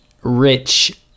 rich